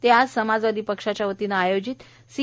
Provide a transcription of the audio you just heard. ते आज समाजवादी पक्षाच्यावतीनं आयोजित सी